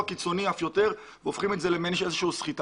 קיצוני אף יותר והופכים אותו למעין סחיטה,